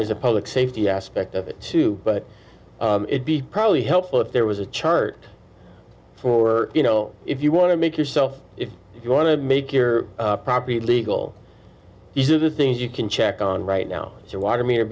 there's a public safety aspect of it too but it be probably helpful if there was a chart for you know if you want to make yourself if you want to make your property legal these are the things you can check on right now is your water m